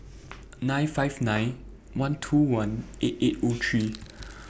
nine five nine one two one eight eight O three